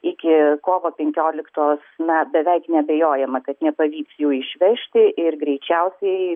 iki kovo penkioliktos na beveik neabejojama kad nepavyks jų išvežti ir greičiausiai